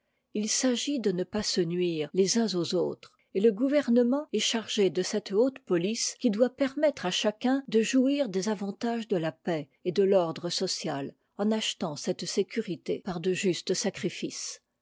il s'agit de ne pas se nuire les uns aux autres et le gouvernement est chargé de cette haute police qui doit permettre à chacun de jouir des avantages de la paix et de l'ordre social en achetant cette sécuri par de justes sacrifices